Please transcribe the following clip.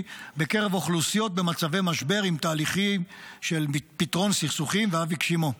בקרב אוכלוסיות במצבי משבר עם תהליכים של פתרון סכסוכים ואף הגשימו.